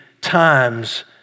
times